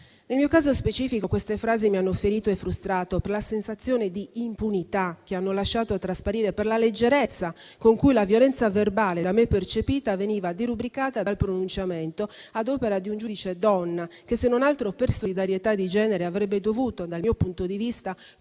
Nel mio caso specifico, queste frasi mi hanno ferito e frustrato per la sensazione d'impunità che hanno lasciato trasparire e per la leggerezza con cui la violenza verbale da me percepita veniva derubricata dal pronunciamento ad opera di un giudice donna, che, se non altro per solidarietà di genere, avrebbe dovuto, dal mio punto di vista,